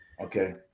Okay